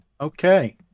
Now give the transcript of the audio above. Okay